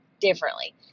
differently